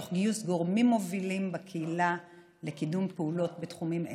תוך גיוס גורמים מובילים בקהילה לקידום פעולות בתחומים אלו.